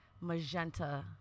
magenta